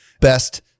best